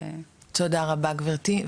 תודה רבה, גברתי.